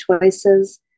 Choices